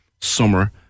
summer